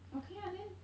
okay lah then